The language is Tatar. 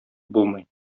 булмый